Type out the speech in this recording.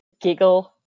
giggle